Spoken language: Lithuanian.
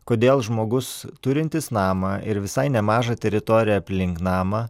kodėl žmogus turintis namą ir visai nemažą teritoriją aplink namą